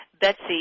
Betsy